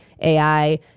AI